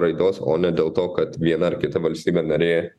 raidos o ne dėl to kad viena ar kita valstybė narė